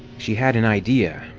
she had an idea,